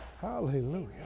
Hallelujah